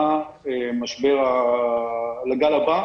בגל הבא,